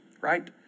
right